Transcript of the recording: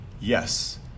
Yes